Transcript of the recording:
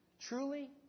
truly